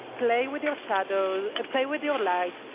play with your shadows, ah play with your lights,